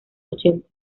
ochenta